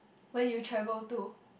where you travel to